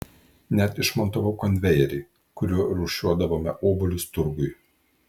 net išmontavau konvejerį kuriuo rūšiuodavome obuolius turgui